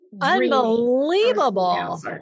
unbelievable